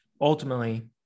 ultimately